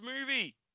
movie